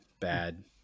Bad